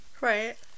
Right